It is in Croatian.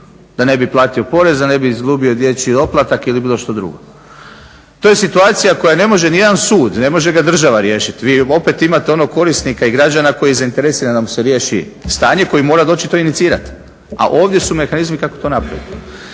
Da ne bi platio porez, da ne bi izgubio dječji doplatak ili bilo što drugo. To je situacija koju ne može nijedan sud, ne može ga država riješiti. Vi opet imate onog korisnika i građana koji je zainteresiran da mu se riješi stanje i koji mora doći to inicirati, a ovdje su mehanizmi kako to napraviti.